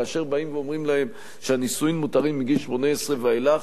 כאשר באים ואומרים להם שהנישואים מותרים מגיל 18 ואילך,